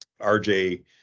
rj